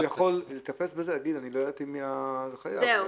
ואני מציעה לשנות כבר "...לתקופה שיבקש החייב בתשלום ושלא